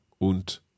und